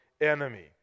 enemy